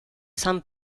san